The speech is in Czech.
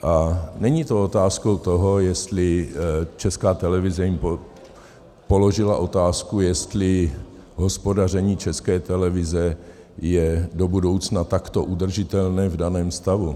A není to otázkou toho, jestli Česká televize jim položila otázku, jestli hospodaření České televize je do budoucna takto udržitelné v daném stavu.